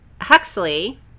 Huxley